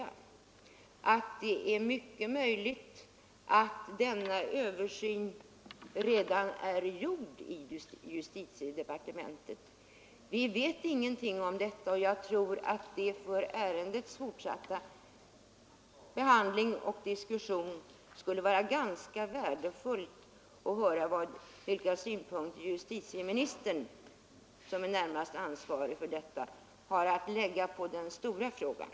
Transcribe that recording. Emellertid är det möjligt att denna översyn redan är gjord i justitiedepartementet. Vi vet ingenting om detta, och jag tror att det för 25 ärendets fortsatta behandling skulle vara ganska värdefullt att höra vilka synpunkter justitieministern, som är närmast ansvarig, har att anlägga på den stora frågan.